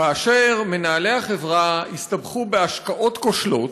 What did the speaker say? כאשר מנהלי החברה הסתבכו בהשקעות כושלות,